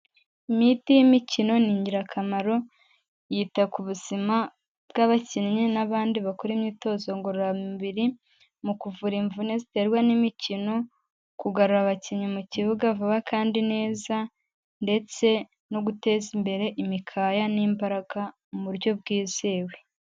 Imiti y'imikino ni ingirakamaro yita ku buzima bw'abakinnyi n'abandi bakora imyitozo ngororamubiri, mu kuvura imvune ziterwa n'imikino, kugarura abakinnyi mu kibuga vuba kandi neza ndetse no guteza imbere imikaya n'imbaraga mu buryo bwizewe.